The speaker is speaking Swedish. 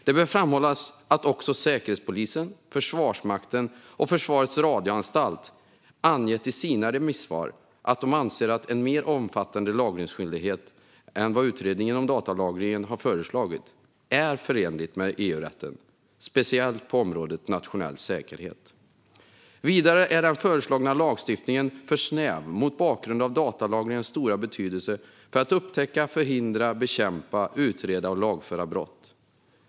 Det bör framhållas att också Säkerhetspolisen, Försvarsmakten och Försvarets radioanstalt i sina remissvar har angett att de anser att en mer omfattande lagringsskyldighet än vad utredningen om datalagring har föreslagit är förenlig med EU-rätten, speciellt på området nationell säkerhet. Vidare är den föreslagna lagstiftningen för snäv mot bakgrund av datalagringens stora betydelse för att upptäcka, förhindra, bekämpa, utreda och lagföra brott.